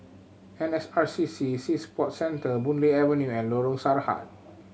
N S R C C Sea Sports Centre Boon Lay Avenue and Lorong Sarhad